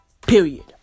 period